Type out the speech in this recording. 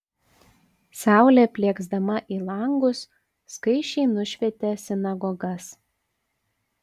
saulė plieksdama į langus skaisčiai nušvietė sinagogas